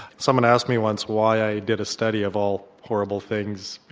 someone asked me once why i did a study of all horrible things,